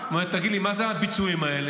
היה אומר לו: תגיד לי, מה זה הביצועים האלה?